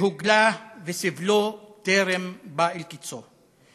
והוגלה וסבלו טרם בא אל קצו.